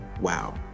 wow